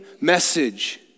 message